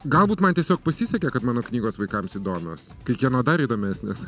galbūt man tiesiog pasisekė kad mano knygos vaikams įdomios kai kieno dar įdomesnės